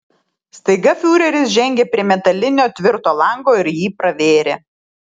staiga fiureris žengė prie metalinio tvirto lango ir jį pravėrė